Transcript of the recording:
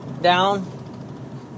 down